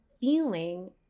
feeling